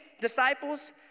disciples